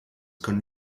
können